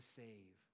save